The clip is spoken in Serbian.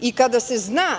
i kada se zna